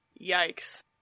Yikes